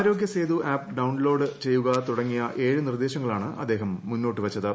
ആരോഗ്യ Setu app download ചെയ്യുക തുടങ്ങിയ നിർദ്ദേശങ്ങളാണ് അദ്ദേഹം മുന്നോട്ട് വച്ചത്